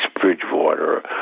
Bridgewater